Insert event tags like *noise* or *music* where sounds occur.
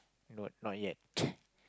not not yet *noise*